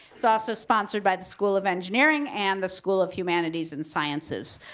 it's also sponsored by the school of engineering and the school of humanities and sciences.